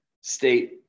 state